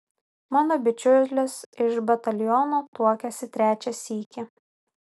mano bičiulis iš bataliono tuokėsi trečią sykį